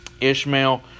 Ishmael